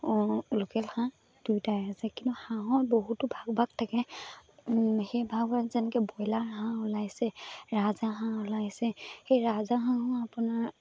local হাঁহ দুয়োটাই আছে কিন্তু হাঁহৰ বহুতো ভাগ ভাগ থাকে সেই ভাগ যেনেকৈ ব্ৰইলাৰ হাঁহ ওলাইছে ৰাজহাঁহ ওলাইছে সেই ৰাজহাঁহো আপোনাৰ